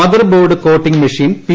mother board coating machine P